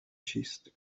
چیست